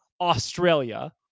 Australia